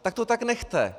Tak to tak nechte.